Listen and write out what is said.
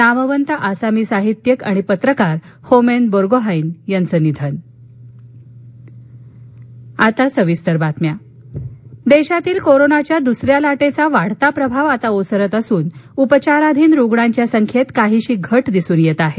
नामवंत आसामी साहित्यिक आणि पत्रकार होमेन बोरगोहाईन यांचं निधन कोविड राष्ट्रीय देशातील कोरोनाच्या दुसऱ्या लाटेचा वाढता प्रभाव आता ओसरत असून उपचाराधीन रुग्णांच्या संख्येत काहीशी घट दिसून येत आहे